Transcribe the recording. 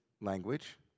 language